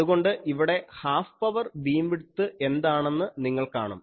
അതുകൊണ്ട് ഇവിടെ half power beam width എന്താണെന്ന് നിങ്ങൾ കാണും